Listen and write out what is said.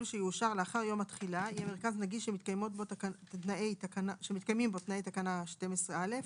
שיאושר לאחר יום התחילה יהיה מרכז נגיש שמתקיימים בו תנאי תקנה 12א,